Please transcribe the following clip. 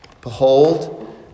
Behold